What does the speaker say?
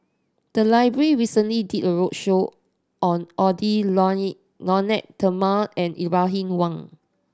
the library recently did a roadshow on Edwy Lyonet Talma and Ibrahim Awang